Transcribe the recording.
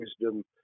wisdom